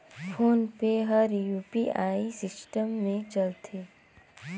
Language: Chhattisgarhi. फोन पे हर यू.पी.आई सिस्टम मे चलथे